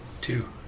Two